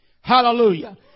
Hallelujah